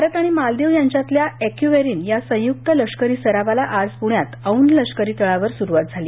भारत मालदीव यांच्यातल्या ऐक्युव्हेरिन या संयुक्त लष्करी सरावाला आज प्रण्यात औध लष्करी तळावर सुरूवात झाली